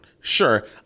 sure